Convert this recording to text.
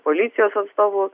policijos atstovų